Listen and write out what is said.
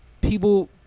people